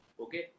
Okay